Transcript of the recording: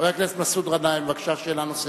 חבר הכנסת מסעוד גנאים, בבקשה, שאלה נוספת.